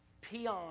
Peon